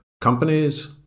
companies